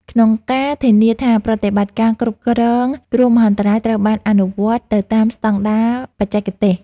ក្នុងការធានាថាប្រតិបត្តិការគ្រប់គ្រងគ្រោះមហន្តរាយត្រូវបានអនុវត្តទៅតាមស្ដង់ដារបច្ចេកទេស។